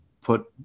put